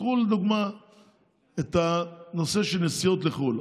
קחו לדוגמה את הנושא של נסיעות לחו"ל.